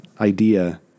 idea